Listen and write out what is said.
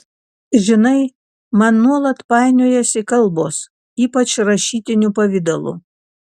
žinai man nuolat painiojasi kalbos ypač rašytiniu pavidalu